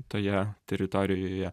toje teritorijoje